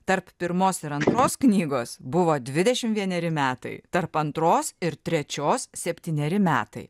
tarp pirmos ir antros knygos buvo dvidešim vieneri metai tarp antros ir trečios septyneri metai